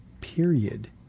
period